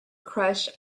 crush